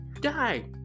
die